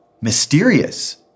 mysterious